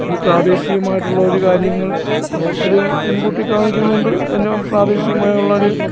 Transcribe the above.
ഈ പ്രാദേശികമായിട്ടുള്ളൊരു കാര്യങ്ങൾ അവർ മുൻകൂട്ടി കാണിക്കുന്നുണ്ട് അതിൻ്റെ പ്രാദേശികമായുള്ളോരു